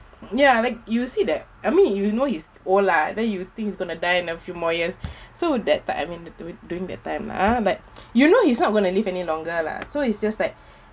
ya like you see that I mean you know he's old lah then you would think he's going to die in a few more years so that time I mean during that time ah but you know he's not going to live any longer lah so it's just like